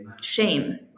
shame